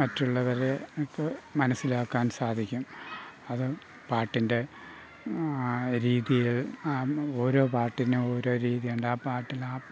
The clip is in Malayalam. മറ്റുള്ളവരെ ഇപ്പോൾ മനസ്സിലാക്കാൻ സാധിക്കും അതും പാട്ടിൻ്റെ രീതികൾ ആ ഓരോ പാട്ടിനും ഓരോ രീതിയുണ്ട് ആ പാട്ടിലാണ്